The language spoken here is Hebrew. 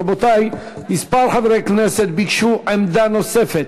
רבותי, כמה חברי כנסת ביקשו עמדה נוספת.